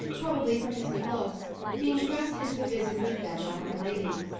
probably from his good looks being pressed into the visit with them by my lady.